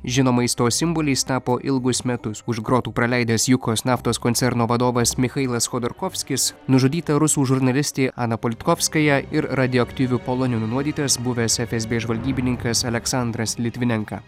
žinomais to simboliais tapo ilgus metus už grotų praleidęs jukos naftos koncerno vadovas michailas chodorkovskis nužudyta rusų žurnalistė ana politkovskaja ir radioaktyviu poloniu nunuodytas buvęs efsb žvalgybininkas aleksandras litvinenka